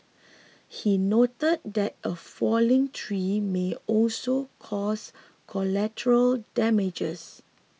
he noted that a falling tree may also cause collateral damages